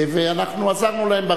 ואנחנו עזרנו להן.